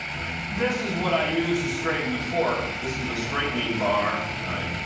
this is what i used to straighten the fork. this is a straightening bar. right.